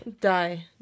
Die